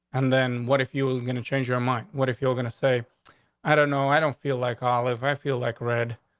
and then what if you were going to change your mind? what if you're gonna say i don't know? i don't feel like all if i feel like red.